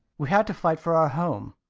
we had to fight for our home.